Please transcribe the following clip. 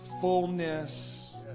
fullness